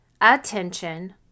attention